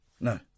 no